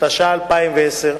התש"ע 2010,